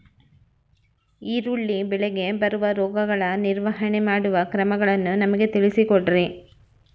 ಈರುಳ್ಳಿ ಬೆಳೆಗೆ ಬರುವ ರೋಗಗಳ ನಿರ್ವಹಣೆ ಮಾಡುವ ಕ್ರಮಗಳನ್ನು ನಮಗೆ ತಿಳಿಸಿ ಕೊಡ್ರಿ?